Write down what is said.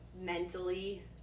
mentally